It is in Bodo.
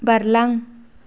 बारलां